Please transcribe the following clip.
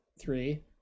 three